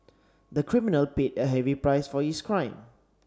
the criminal paid a heavy price for his crime